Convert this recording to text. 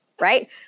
right